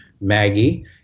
Maggie